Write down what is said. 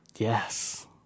Yes